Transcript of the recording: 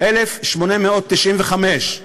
1895,